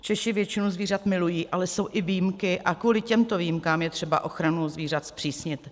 Češi většinu zvířat milují, ale jsou i výjimky a kvůli těmto výjimkám je třeba ochranu zvířat zpřísnit.